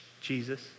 Jesus